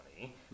money